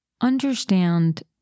understand